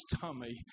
tummy